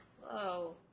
Whoa